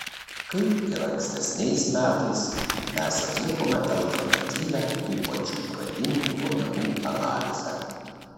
kaip ir ankstesniais metais mes atlikome alternatyvią tų pačių pradinių duomenų analizę